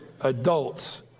adults